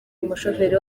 umushoferi